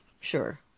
sure